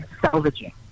salvaging